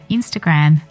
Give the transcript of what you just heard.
Instagram